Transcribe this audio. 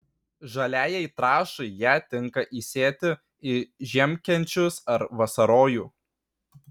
žaliajai trąšai ją tinka įsėti į žiemkenčius ar vasarojų